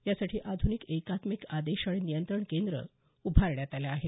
यासाठी आध्निक एकात्मिक आदेश आणि नियंत्रण केंद्रउभारण्यात आलं आहे